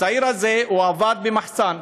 הצעיר הזה עבד במחסן,